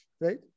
right